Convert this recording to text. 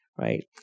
right